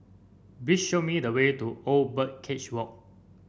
please show me the way to Old Birdcage Walk